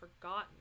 forgotten